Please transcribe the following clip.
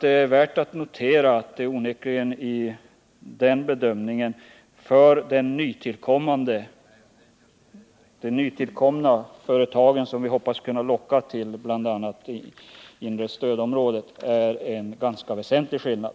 Det är värt att notera att det onekligen för det nytillkomna företaget — som vi hade hoppats kunna locka till bl.a. inre stödområdet — innebär en ganska väsentlig skillnad.